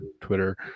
twitter